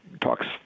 talks